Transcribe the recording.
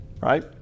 right